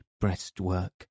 breastwork